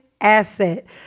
asset